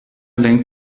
lenkt